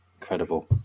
incredible